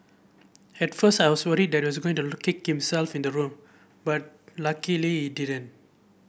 at first I was worried that he was going to lock himself in the room but luckily he didn't